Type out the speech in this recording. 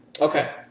Okay